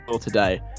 today